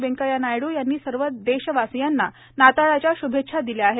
व्यंकय्या नायड्र यांनी सर्व देशवासियांना नाताळच्या श्भेच्छा दिल्या आहेत